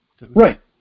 Right